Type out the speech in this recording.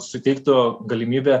suteiktų galimybę